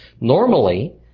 Normally